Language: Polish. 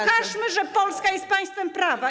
Pokażmy, że Polska jest państwem prawa.